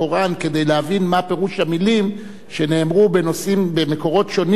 כדי להבין מה פירוש המלים שנאמרו במקורות שונים,